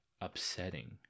upsetting